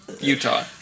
Utah